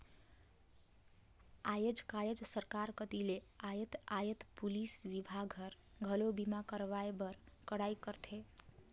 आयज कायज सरकार कति ले यातयात पुलिस विभाग हर, घलो बीमा करवाए बर कड़ाई करथे